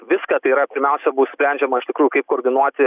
viską tai yra pirmiausia bus sprendžiama iš tikrųjų kaip koordinuoti